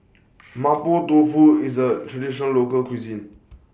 Mapo Tofu IS A Traditional Local Cuisine